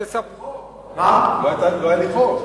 לא היה לי חוק.